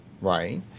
right